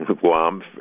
guam